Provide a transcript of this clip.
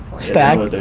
stacked.